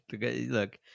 Look